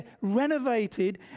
renovated